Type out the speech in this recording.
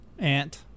Ant